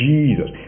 Jesus